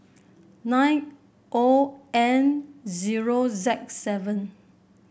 nine O N zero Z seven